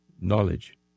knowledge